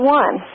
one